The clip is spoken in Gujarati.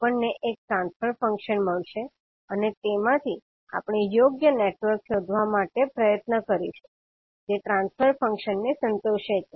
આપણને એક ટ્રાન્સફર ફંક્શન મળશે અને તેમાંથી આપણે યોગ્ય નેટવર્ક શોધવા માટે પ્રયત્ન કરીશું જે ટ્રાન્સફર ફંક્શન ને સંતોષે છે